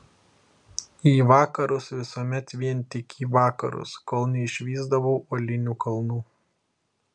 į vakarus visuomet vien tik į vakarus kol neišvysdavau uolinių kalnų